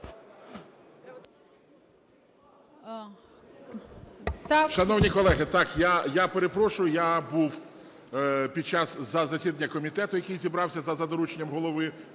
Шановні колеги, так, я перепрошую, я був під час засідання комітету, який зібрався за дорученням Голови,